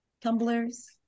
tumblers